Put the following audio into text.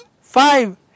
five